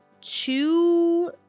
two